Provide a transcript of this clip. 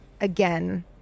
again